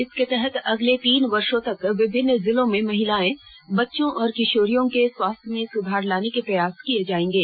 इसके तहत अगले तीन वर्षों तक विभिन्न जिलों में महिलाएं बच्चों और किशोरियों के स्वास्थ्य में सुधार लाने के प्रयास किये जायेंगे